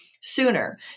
sooner